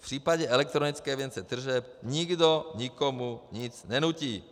V případě elektronické evidence tržeb nikdo nikomu nic nenutí.